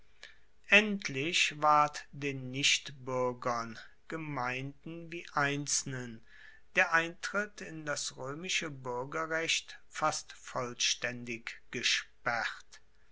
endlich ward den nichtbuergern gemeinden wie einzelnen der eintritt in das roemische buergerrecht fast vollstaendig gesperrt